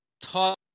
talk